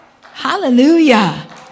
Hallelujah